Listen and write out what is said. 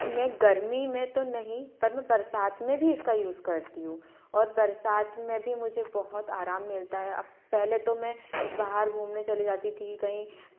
मैं गर्मी में तो नहीं पर मैं बरसात में भी इसका यूज़ करती हूँ और बरसात में भी मुझे बहुत आराम मिलता है आप पहले तो मैं बाहर घूमने चली जाती थी कहीं